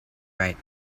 right